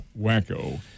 wacko